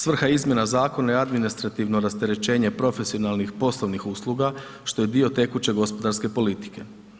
Svrha izmjene zakona je administrativno rasterećenje profesionalnih poslovnih usluga što je dio tekuće gospodarske politike.